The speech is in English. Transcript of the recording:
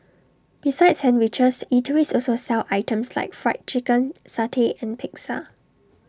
besides sandwiches eateries also sell items like Fried Chicken satay and pizza